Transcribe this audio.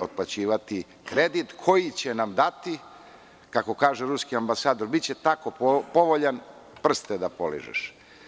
otplaćivati kredit koji će nam dati, kako kaže ruski ambasador – biće tako povoljan, prste da poližeš.